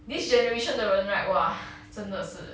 this generation 的人 right !wah! 真的是